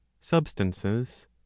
substances